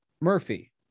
Murphy